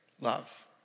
love